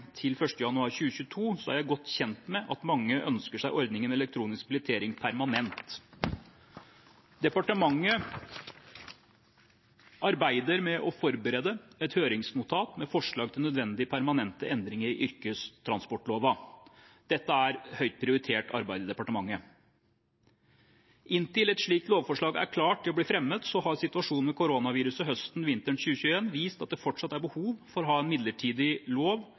til 1. januar 2022, er jeg godt kjent med at mange ønsker seg ordningen med elektronisk billettering permanent. Departementet arbeider med å forberede et høringsnotat med forslag til nødvendige permanente endringer i yrkestransportloven. Dette er høyt prioritert arbeid i departementet. Inntil et slikt lovforslag er klart til å bli fremmet, har situasjonen med koronaviruset høsten/vinteren 2021 vist at det fortsatt er behov for å ha en midlertidig lov